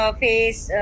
face